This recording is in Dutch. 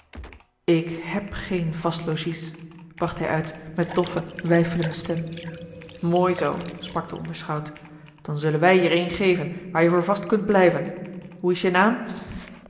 ik heb geen vast logies bracht hij uit met doffe weifelende stem mooi zoo sprak de onderschout dan zullen wij je er een geven waar je voor vast kunt blijven hoe is je naam